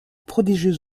prodigieuse